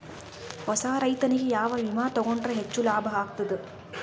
ಹೊಸಾ ರೈತನಿಗೆ ಯಾವ ವಿಮಾ ತೊಗೊಂಡರ ಹೆಚ್ಚು ಲಾಭ ಆಗತದ?